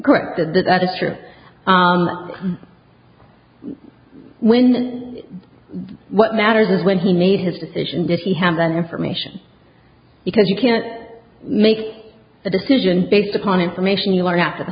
that that is true when what matters is when he made his decision did he have that information because you can't make a decision based upon information you learn after the